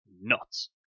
nuts